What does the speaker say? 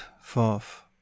fourth